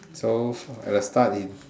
so at the start is